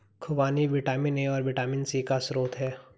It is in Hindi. खूबानी विटामिन ए और विटामिन सी का स्रोत है